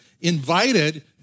invited